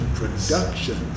production